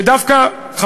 כשדווקא ממך,